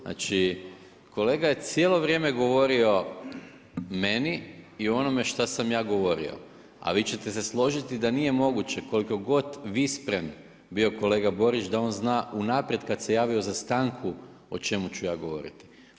Znači kolega je cijelo vrijeme govorio meni i o onome šta sam ja govorio, a vi ćete se složiti da nije moguće koliko god vi … bio kolega Borić da on zna unaprijed kada se javio za stanku o čemu ću ja govoriti.